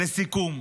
לסיכום,